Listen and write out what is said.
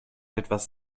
etwas